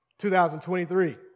2023